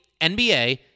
NBA